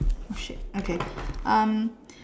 oh shit okay um